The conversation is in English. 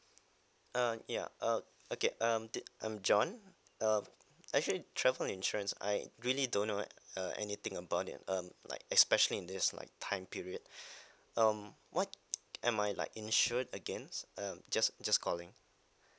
uh ya oh okay um the I'm john uh actually travel insurance I really don't know uh anything about it um like especially in this like time period um what am I like insured against uh just just calling